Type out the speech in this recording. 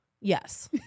Yes